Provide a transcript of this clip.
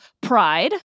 pride